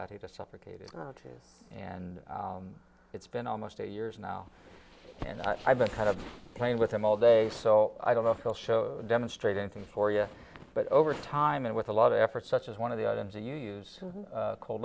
flat he just suffocated too and it's been almost eight years now and i've been kind of playing with him all day so i don't know if he'll show demonstrate anything for us but over time and with a lot of effort such as one of the items i use cold